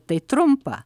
tai trumpa